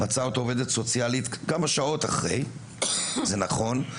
מצאה אותו עובדת סוציאלית כמה שעות אחרי, זה נכון.